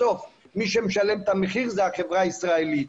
בסוף מי שמשלם את המחיר זאת החברה הישראלית.